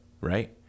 Right